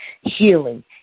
healing